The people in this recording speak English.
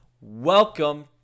welcome